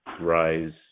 rise